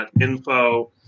.info